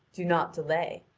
do not delay,